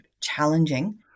challenging